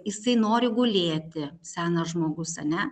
jisai nori gulėti senas žmogus ane